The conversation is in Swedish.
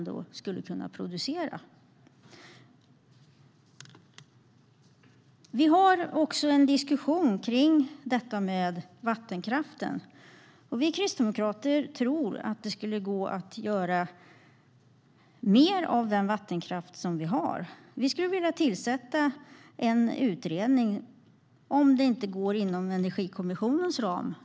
Det förs också en diskussion om detta med vattenkraften. Vi kristdemokrater tror att det skulle vara möjligt att göra mer av den vattenkraft som vi har. Vi skulle vilja att det tillsattes en utredning om det inte går inom Energikommissionens ram.